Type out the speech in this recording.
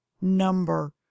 number